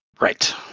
Right